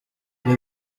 baby